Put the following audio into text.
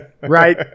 right